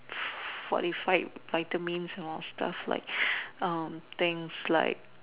forty five vitamins more stuffs like um things like